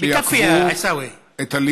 אל תפריע, עיסאווי.